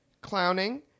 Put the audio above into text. clowning